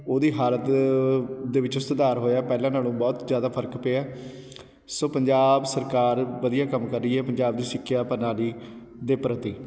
ਓਹਦੀ ਹਾਲਤ ਦੇ ਵਿੱਚ ਸੁਧਾਰ ਹੋਇਆ ਪਹਿਲਾਂ ਨਾਲੋਂ ਬਹੁਤ ਜ਼ਿਆਦਾ ਫ਼ਰਕ ਪਿਆ ਸੋ ਪੰਜਾਬ ਸਰਕਾਰ ਵਧੀਆ ਕੰਮ ਰਹੀ ਹੈ ਪੰਜਾਬ ਦੀ ਸਿੱਖਿਆ ਪ੍ਰਣਾਲੀ ਦੇ ਪ੍ਰਤੀ